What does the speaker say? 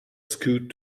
scoot